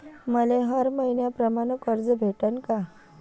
मले हर मईन्याप्रमाणं कर्ज भेटन का?